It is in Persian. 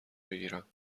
بگیرم